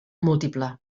múltiple